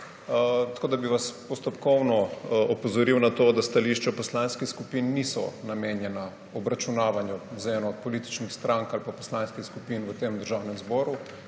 Tako, da bi vas postopkovno opozoril na to, da stališča poslanskih skupin niso namenjena obračunavanju z eno od političnih strank ali pa poslanskih skupin v tem Državnem zboru.